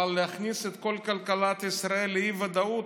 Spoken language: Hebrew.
אבל להכניס את כל כלכלת ישראל לאי-ודאות,